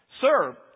Sir